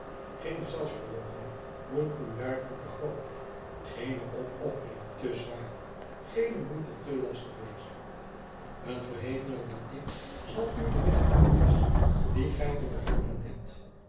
geene zelfsverloochening moet u daartoe te groot geene opoffering te zwaar geene moeite te lastig wezen een verhevener dan ik zal u den weg aanwijzen dien gij te bewandelen hebt